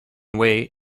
way